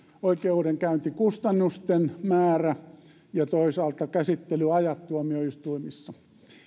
oikeudenkäyntikustannusten määrä ja toisaalta käsittelyajat tuomioistuimissa